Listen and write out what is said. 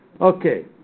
Okay